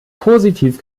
positiv